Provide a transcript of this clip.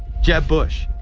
jeb bush,